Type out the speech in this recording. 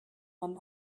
man